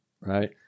right